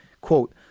Quote